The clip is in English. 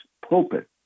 pulpit